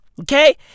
Okay